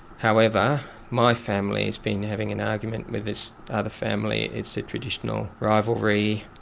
however my family has been having an argument with this other family, it's a traditional rivalry,